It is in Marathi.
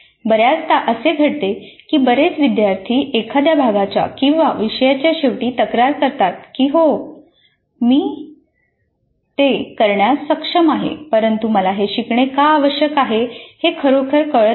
बर्याचदा असे घडते की बरेच विद्यार्थी एखाद्या भागाच्या किंवा विषयाच्या शेवटी तक्रारी करतात की 'होय मी ते करण्यास सक्षम आहे परंतु मला हे शिकणे का आवश्यक आहे हे खरोखर कळत नाही